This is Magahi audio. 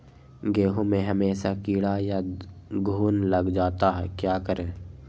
गेंहू में हमेसा कीड़ा या घुन लग जाता है क्या करें?